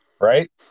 Right